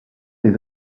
les